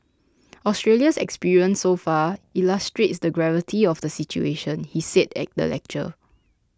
Australia's experience so far illustrates the gravity of the situation he said at the lecture